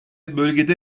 bölgede